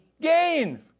Gain